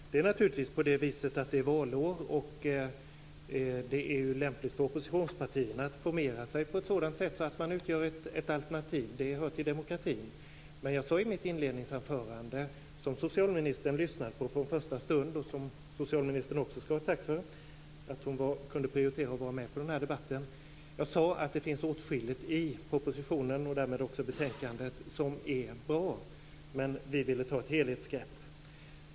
Sedan är det naturligtvis valår, och det är lämpligt för oppositionspartierna att formera sig på ett sådant sätt att man utgör ett alternativ. Det hör till demokratin. Men jag sade i mitt inledningsanförande, som socialministern lyssnade på från första stund - hon skall också ha tack för att hon kunde prioritera att vara med på den här debatten - att det finns åtskilligt i propositionen, och därmed också i betänkandet, som är bra men att vi ville ta ett helhetsgrepp.